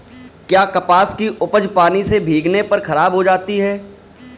क्या कपास की उपज पानी से भीगने पर खराब हो सकती है?